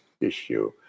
issue